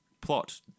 plot